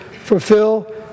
fulfill